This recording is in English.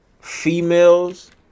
females